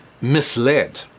misled